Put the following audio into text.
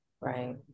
Right